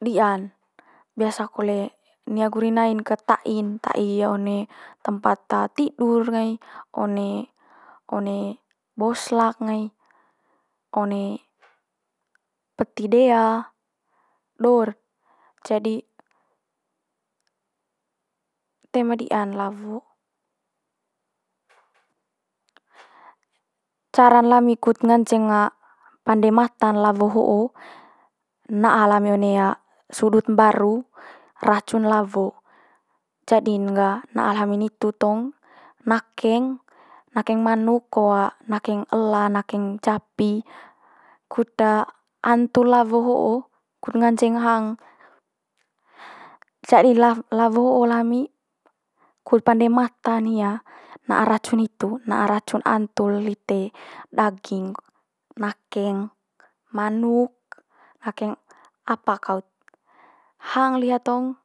di'an biasa kole nia guri nai'n kat tai'n, tai one tempat tidur ngai, one one boslak ngai, one peti dea, do'r, jadi toe ma di'an lawo. Cara lami kut nganceng pande mata'n lawo ho'o na'a lami one sudut mbaru racun lawo. Jadi'n gah na'a le hami nitu tong nakeng, nakeng manuk ko nakeng ela, nakeng japi, kut antul lawo ho'o kut nganceng hang. Jadilah lawo ho'o le hami kut pande mata'n hia na'a racun hitu na'a racun antul lite daging, nakeng manuk, nakeng apa kaut. Hang le hia tong